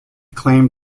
claimed